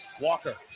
Walker